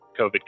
COVID